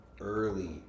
early